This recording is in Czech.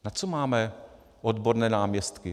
Na co máme odborné náměstky?